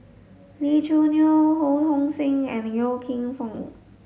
Lee Choo Neo Ho Hong Sing and Yong Foong